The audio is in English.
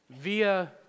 via